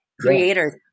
creators